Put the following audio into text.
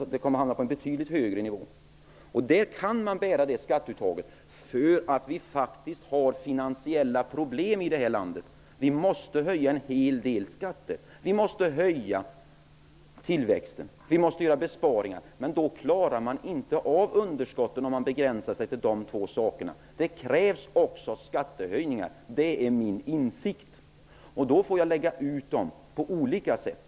Den kommer att ligga på en betydligt högre nivå. Det skatteuttaget kan man bära. Vi har faktiskt finansiella problem i det här landet. Vi måste höja en hel del skatter. Vi måste få ökad tillväxt, vi måste göra besparingar. Då klarar man inte av underskotten om man begränsar sig till de här två sakerna. Det krävs också skattehöjningar, det är min insikt. Jag vill att de läggs ut på olika sätt.